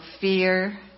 fear